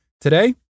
Today